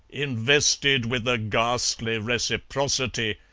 invested with a ghastly reciprocity,